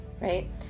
right